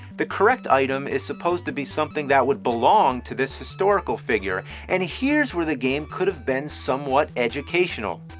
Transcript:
the correct item is supposed to be something that belongs to this historical figure and here is where the game could have been somewhat educational,